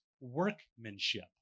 workmanship